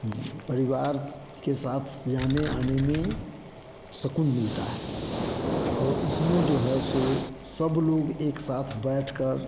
परिवार के साथ जाने आने में सुकून मिलता है और उसमें जो है सो सब लोग एक साथ बैठ कर